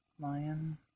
lion